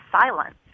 silence